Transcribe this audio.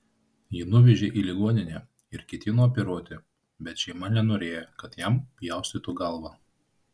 jį nuvežė į ligoninę ir ketino operuoti bet šeima nenorėjo kad jam pjaustytų galvą